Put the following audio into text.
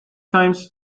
times